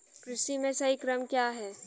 कृषि में सही क्रम क्या है?